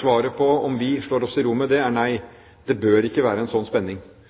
Svaret på om vi slår oss til ro med det, er: Nei. Det bør ikke være en slik spenning.